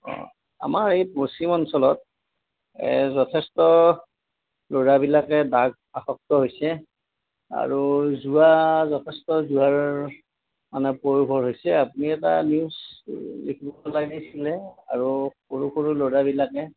অঁ আমাৰ এই পশ্চিম অঞ্চলত যথেষ্ট ল'ৰাবিলাকে ড্ৰাগছ আসক্ত হৈছে আৰু যোৱাবছৰ যোৱাৰ মানে প্ৰয়োভৰ হৈছে আপুনি এটা নিউজ লিখিব লাগিছিলে আৰু সৰু সৰু ল'ৰাবিলাক